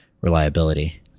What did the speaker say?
reliability